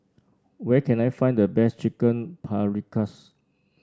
where can I find the best Chicken Paprikas